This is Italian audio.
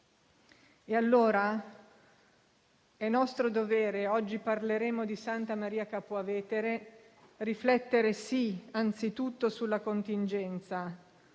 E allora è nostro dovere - oggi parleremo di Santa Maria Capua Vetere - riflettere sì anzitutto sulla contingenza,